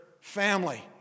family